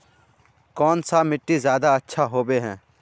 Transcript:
कौन सा मिट्टी ज्यादा अच्छा होबे है?